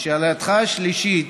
לשאלתך השלישית,